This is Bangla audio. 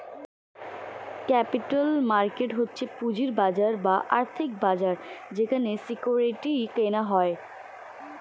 ক্যাপিটাল মার্কেট হচ্ছে পুঁজির বাজার বা আর্থিক বাজার যেখানে সিকিউরিটি কেনা হয়